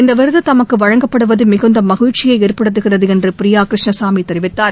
இந்த விருது தமக்கு வழங்கப்படுவது மிகுந்த மகிழ்ச்சியை ஏற்படுத்துகிறது என்று பிரியா கிருஷ்ணசாமி தெரிவித்தார்